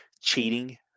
cheating